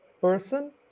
person